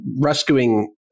rescuing